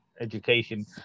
education